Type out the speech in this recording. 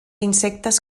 insectes